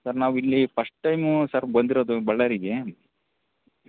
sir ನಾವು ಇಲ್ಲಿ first time sir ಬಂದಿರೋದು ಬಳ್ಳಾರಿಗೆ